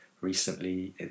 recently